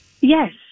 Yes